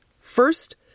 First